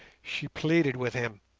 she pleaded with him,